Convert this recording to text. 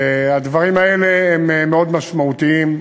הדברים האלה מאוד משמעותיים,